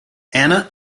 anna